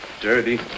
dirty